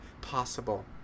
possible